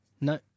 No